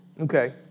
Okay